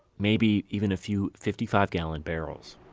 maybe even a few fifty five gallon barrels